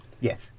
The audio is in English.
Yes